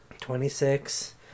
Twenty-six